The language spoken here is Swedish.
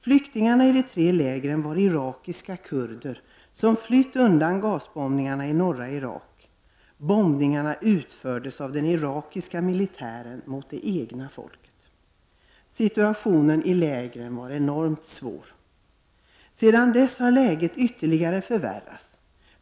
Flyktingarna i de tre lägren var irakiska kurder, som flytt undan gasbombningarna i norra Irak. Bombningarna utfördes av den irakiska militären mot det egna folket. Situationen i lägren var enormt svår. Sedan dess har läget ytterligare förvärrats.